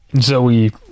zoe